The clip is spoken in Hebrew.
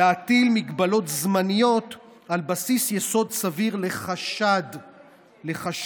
להטיל מגבלות זמניות על בסיס יסוד סביר לחשד בעבירה,